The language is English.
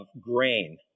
grain